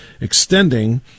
extending